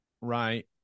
right